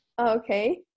Okay